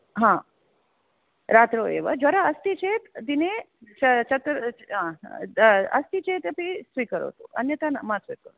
हा रात्रौ एव ज्वर अस्ति चेत् दिने अस्ति चेदपि स्वीकरोतु अन्यथा न मा स्वीकरोतु